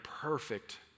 perfect